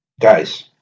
guys